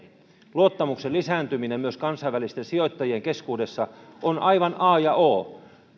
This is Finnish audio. luottamuksen lisääntyminen myös kansainvälisten sijoittajien keskuudessa on aivan a ja o